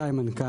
שי, מנכ"ל